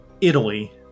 Italy